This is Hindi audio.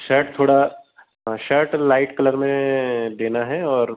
शर्ट थोड़ा हाँ शर्ट लाइट कलर में देना है और